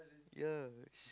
ya just